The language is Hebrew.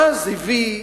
ואז הביא,